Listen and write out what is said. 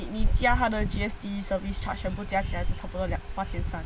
你加她的 G_S_T service charge 全部加起来就差不多两八千三